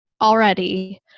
already